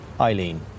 Eileen